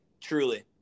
truly